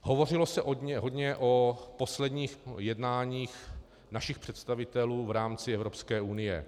Hovořilo se hodně o posledních jednáních našich představitelů v rámci Evropské unie.